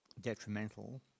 detrimental